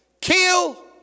kill